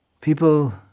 People